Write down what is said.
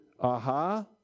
Aha